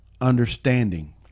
understanding